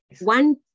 one